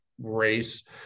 race